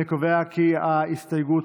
ההסתייגות